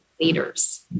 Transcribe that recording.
leaders